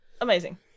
Amazing